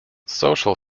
social